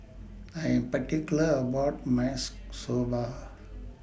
I Am particular about My Soba